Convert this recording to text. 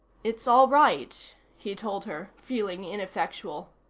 it's all right, he told her, feeling ineffectual.